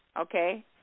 okay